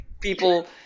people